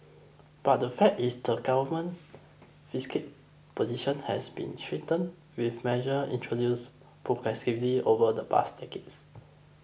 but the fact is the Government fiscal position has been strengthened with measure introduce progressively over the past decades